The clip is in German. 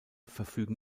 verfügen